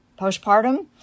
postpartum